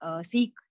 Seek